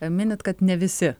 miniti kad ne visi